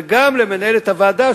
וגם למנהלת הוועדה,